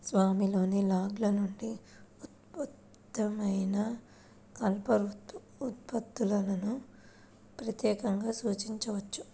స్వామిలోని లాగ్ల నుండి ఉత్పన్నమైన కలప ఉత్పత్తులను ప్రత్యేకంగా సూచించవచ్చు